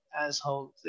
asshole